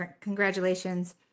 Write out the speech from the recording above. congratulations